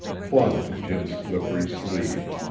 clung to jim's slippery sleeve.